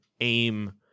aim